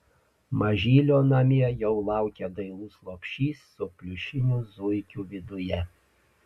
mažylio namie jau laukia dailus lopšys su pliušiniu zuikiu viduje